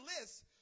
list